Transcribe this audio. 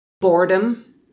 boredom